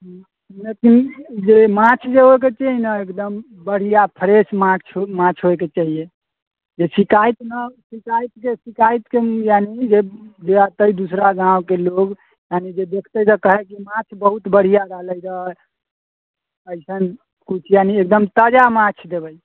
हूँ नहि जे माछ जे हेबाके चाही ने एकदम बढ़िआँ फ्रेश माछ माछ होइके चाहिय जे शिकायत नहि शिकायतके शिकायतके यानि कि जे एतै दूसरा गाँवके लोक यानि कि जे देखतै कहै कि माछ बहुत बढ़िआँ रहलै रहै एसन कुछ यानि एकदम ताजा माछ देबै